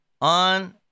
On